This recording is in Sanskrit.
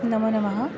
नमो नमः